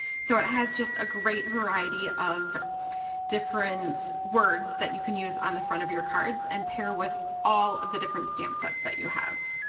so it has just a great variety of different words that you can use on the front of your cards and pair with all of the different stamp sets that you have.